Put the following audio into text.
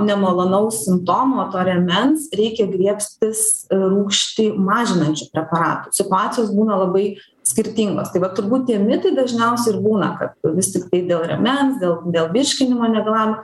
nemalonaus simptomo to rėmens reikia griebstis rūgštį mažinančių preparatų situacijos būna labai skirtingos tai vat turbūt tie mitai dažniausiai ir būna kad vis tiktai dėl rėmens dėl dėl virškinimo negalavimų